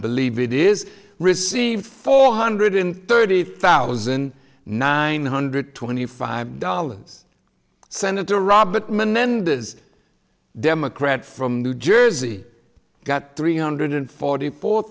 believe it is received four hundred thirty thousand nine hundred twenty five dollars senator robert menendez democrat from new jersey got three hundred forty four